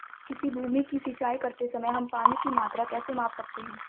किसी भूमि की सिंचाई करते समय हम पानी की मात्रा कैसे माप सकते हैं?